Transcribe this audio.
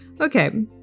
Okay